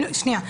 שנייה.